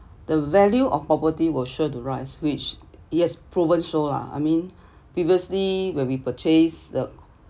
the value of property will sure to rise which it has proven show lah I mean previously when we purchased the